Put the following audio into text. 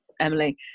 Emily